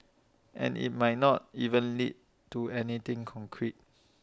and IT might not even lead to anything concrete